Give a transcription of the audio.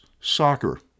soccer